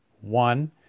One